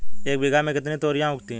एक बीघा में कितनी तोरियां उगती हैं?